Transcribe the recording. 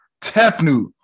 Tefnut